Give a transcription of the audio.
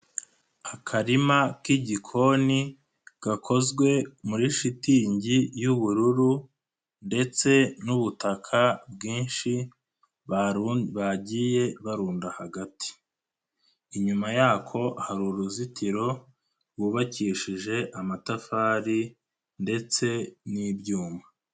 Akarima k'igikoni, gakozwe muri shitingi y'ubururu ndetse n'ubutaka bwinshi bagiye barunda hagati. Inyuma yako hari uruzitiro, rwubakishije amatafari ndetse n'ibyuma.